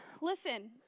Listen